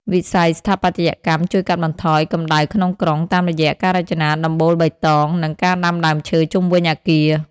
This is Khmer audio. វិស័យស្ថាបត្យកម្មជួយកាត់បន្ថយ "កម្តៅក្នុងក្រុង" តាមរយៈការរចនាដំបូលបៃតង និងការដាំដើមឈើជុំវិញអគារ។